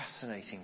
fascinating